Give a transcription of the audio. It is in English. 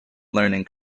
learning